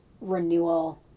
renewal